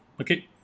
Okay